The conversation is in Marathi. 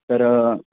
तर